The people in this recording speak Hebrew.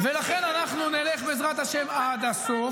ולכן אנחנו נלך, בעזרת השם, עד הסוף,